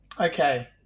Okay